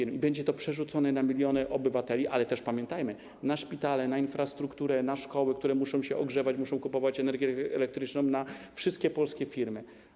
Ten koszt będzie przerzucony na miliony obywateli, ale też, pamiętajmy, na szpitale, na infrastrukturę, na szkoły, które muszą się ogrzewać, muszą kupować energię elektryczną, na wszystkie polskie firmy.